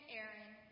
Aaron